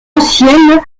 anciennes